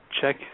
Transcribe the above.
check